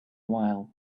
while